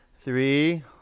Three